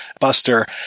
Buster